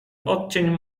odcień